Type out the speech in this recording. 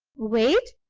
wait!